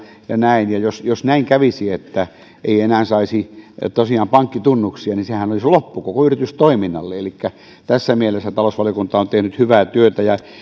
näin ja jos jos näin kävisi että ei enää saisi tosiaan pankkitunnuksia niin sehän olisi loppu koko yritystoiminnalle elikkä tässä mielessä talousvaliokunta on tehnyt hyvää työtä